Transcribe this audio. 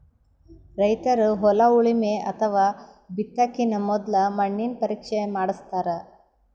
ರೈತರ್ ಹೊಲ ಉಳಮೆ ಅಥವಾ ಬಿತ್ತಕಿನ ಮೊದ್ಲ ಮಣ್ಣಿನ ಪರೀಕ್ಷೆ ಮಾಡಸ್ತಾರ್